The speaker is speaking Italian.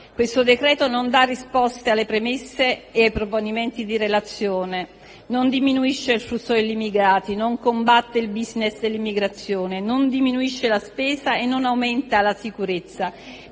esame non dà risposte alle premesse e ai proponimenti contenuti nella relazione, non diminuisce il flusso degli immigrati, non combatte il *business* dell'immigrazione, non diminuisce la spesa e non aumenta la sicurezza,